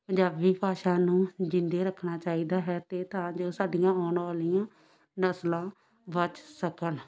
ਪੰਜਾਬੀ ਭਾਸ਼ਾ ਨੂੰ ਜਿਉਂਦੇ ਰੱਖਣਾ ਚਾਹੀਦਾ ਹੈ ਅਤੇ ਤਾਂ ਜੋ ਸਾਡੀਆਂ ਆਉਣ ਵਾਲੀਆਂ ਨਸਲਾਂ ਬਚ ਸਕਣ